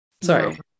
sorry